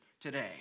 today